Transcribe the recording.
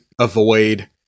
avoid